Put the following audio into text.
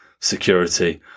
security